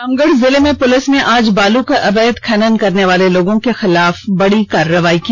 रामगढ़ जिले में पुलिस ने आज बालू के अवैध खनन करने वाले लोगों के खिलाफ बड़ी कार्रवाई की